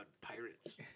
pirates